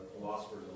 philosophers